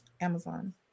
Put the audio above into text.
Amazon